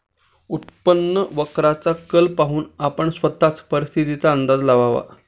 उत्पन्न वक्राचा कल पाहून आपण स्वतःच परिस्थितीचा अंदाज लावावा